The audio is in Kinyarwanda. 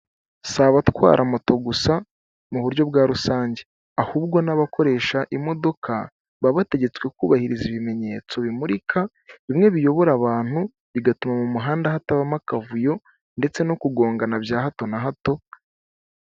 Si abatwara moto gusa mu buryo bwa rusange ahubwo n'abakoresha imodoka baba bategetswe kubahiriza ibimenyetso bimurika bimwe biyobora abantu bigatuma mu muhanda hatabamo akavuyo ndetse no kugongana bya hato na hato.